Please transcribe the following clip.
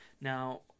Now